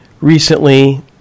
recently